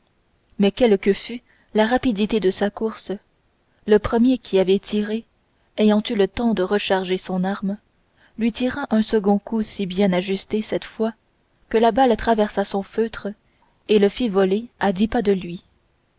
mais quelle que fût la rapidité de sa course le premier qui avait tiré ayant eu le temps de recharger son arme lui tira un second coup si bien ajusté cette fois que la balle traversa son feutre et le fit voler à dix pas de lui